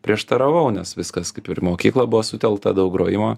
prieštaravau nes viskas kaip ir į mokyklą buvo sutelkta daug grojimo